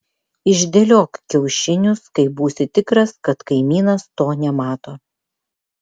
išdėliok kiaušinius kai būsi tikras kad kaimynas to nemato